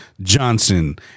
Johnson